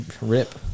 Rip